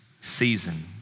season